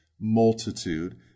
multitude